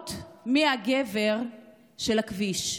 בלהראות מי הגבר של הכביש.